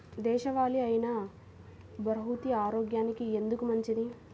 దేశవాలి అయినా బహ్రూతి ఆరోగ్యానికి ఎందుకు మంచిది?